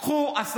לא, אתה לא תפריע.